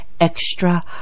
extra